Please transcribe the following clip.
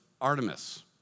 Artemis